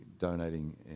donating